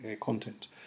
content